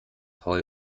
heu